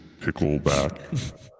pickleback